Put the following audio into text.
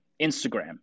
Instagram